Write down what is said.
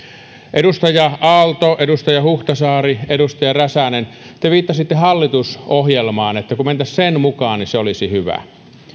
edustaja aalto edustaja huhtasaari edustaja räsänen te viittasitte hallitusohjelmaan että kun mentäisiin sen mukaan niin se olisi hyvä